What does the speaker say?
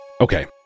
Okay